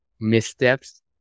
missteps